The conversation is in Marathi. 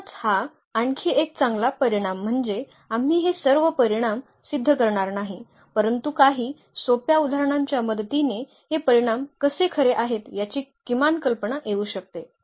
म्हणूनच हा आणखी एक चांगला परिणाम म्हणजे आम्ही हे सर्व परिणाम सिद्ध करणार नाही परंतु काही सोप्या उदाहरणांच्या मदतीने हे परिणाम कसे खरे आहेत याची किमान कल्पना येऊ शकते